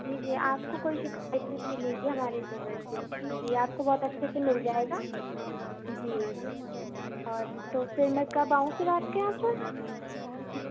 جی جی آپ کو کوئی شکایت نہیں ملے گی ہمارے لیبر سے جی آپ کو بہت اچھے سے مل جائے گا جی اور تو پھر میں کب آؤں پھر آپ کے یہاں پر